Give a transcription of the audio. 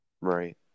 Right